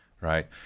Right